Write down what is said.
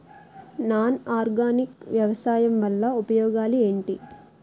Non organic వ్యవసాయం వల్ల ఉపయోగాలు ఏంటీ?